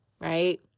right